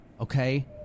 okay